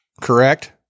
correct